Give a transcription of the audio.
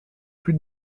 plus